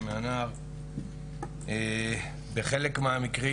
בחלק מהמקרים,